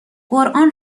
قرآن